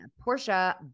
Portia